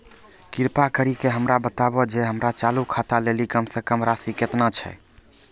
कृपा करि के हमरा बताबो जे हमरो चालू खाता लेली कम से कम राशि केतना छै?